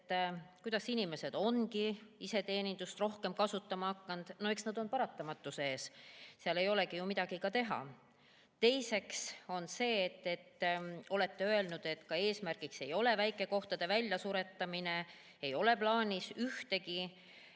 kuidas inimesed on iseteenindust rohkem kasutama hakanud. No eks nad ole paratamatuse ees, seal ei olegi midagi teha. Teiseks olete öelnud, et eesmärk ei ole väikekohtade väljasuretamine, et ei ole plaanis ühtegi